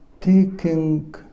taking